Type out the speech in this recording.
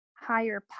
higher